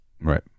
Right